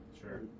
sure